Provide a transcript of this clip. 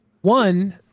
One